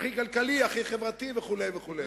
הכי כלכלי, הכי חברתי וכו' וכו'.